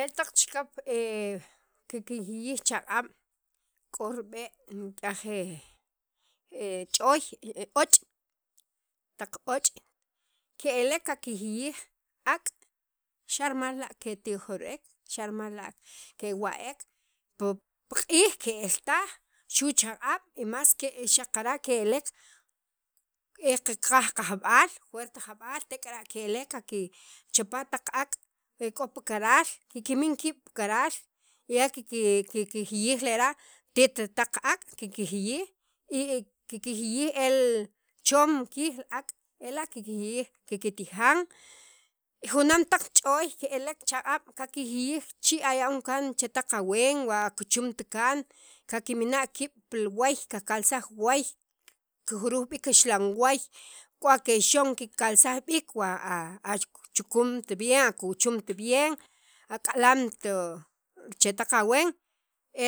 e taq chikap kikjiyij chaq'ab' k'o rib'e' nik'yaj ch'ooy och', taq ooch' ke'elek kakjiyij ak' xa' rimal la' keti'ojirb'ek, xa' rimal la' kewa'ek, p pi q'iij ke'el taj xu' chaq'ab' y más xaqara' ke'elek e kiqaj jab'al juert jab'al tek'ara' ke'elk kikchapa' taq ak' kikmin kiib' pi karak k'o pi karal kikmin kiib' pil karal y el kikjiyij lera' te't taq ak', kikjiyij y kikjij kikjiyij kikjij el chom riij li ak' ela' kikjiyij kiktijan junaam taq ch'ooy ke'elek ch'aq'ab' chi ayam kaan chetaq aween wa akichumt kaan kakimina' kiib' pil waay kakalsaj waay kikjuruj b'iik kaxlanwaay, k'o akexon kakalsaj b'iik wa chukunt bien a kuchumnt bien, ak'almt ol chetaq aween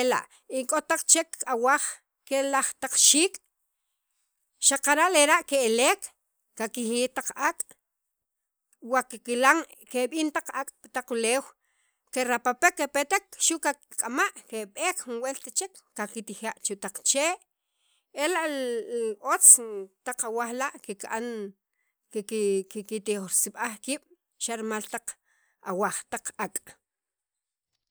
ela' y k'o taq chek awaj ke laj xiik' xaqara' rlera' ke'lek kakjiyij taq ak' wa kikilan keb'in taq ak' puleew kerapapek kepetek xu' kikk'ama keb'ek jun welt chek kaktija' chu' taq chee' ela otz taq awaj la' kikan kik kiti'b'irsaj kiib' xa' rimal taq awaj taq ak'.